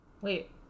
Wait